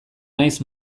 naiz